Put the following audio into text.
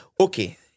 Okay